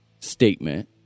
statement